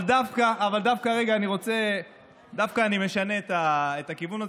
אבל דווקא אני משנה את הכיוון הזה,